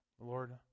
Lord